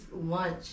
lunch